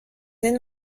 این